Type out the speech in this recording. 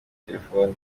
telefoni